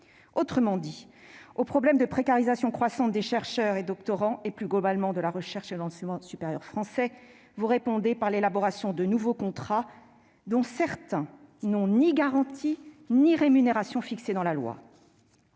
termes, au problème de précarisation croissante des chercheurs et des doctorants et, plus globalement, à celui de la recherche et de l'enseignement supérieur français, vous répondez par l'élaboration de nouveaux contrats, dont certains n'ont ni garanties ni rémunération fixées dans la loi.